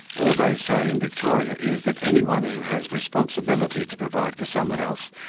all they say in victoria is that anyone who has responsibility to provide for someone else,